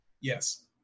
Yes